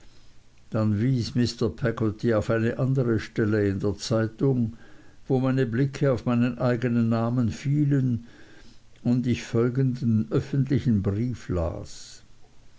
dann wies mr peggotty auf eine andere stelle in der zeitung wo meine blicke auf meinen eignen namen fielen und ich folgenden öffentlichen brief las